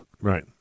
Right